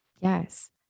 Yes